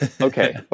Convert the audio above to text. Okay